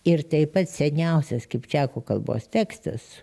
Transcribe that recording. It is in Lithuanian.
ir tai pats seniausias kipčiakų kalbos tekstas